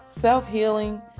Self-healing